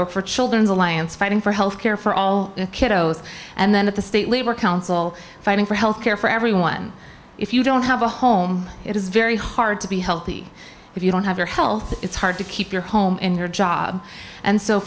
work for children's alliance fighting for health care for all kiddos and then at the state labor council fighting for health care for everyone if you don't have a home it is very hard to be healthy if you don't have your health it's hard to keep your home in your job and so